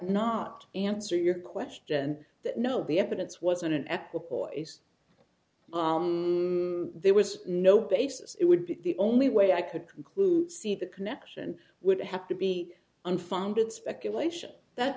not answer your question that no the evidence wasn't an ethical well there was no basis it would be the only way i could conclude see the connection would have to be unfounded speculation that